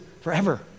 forever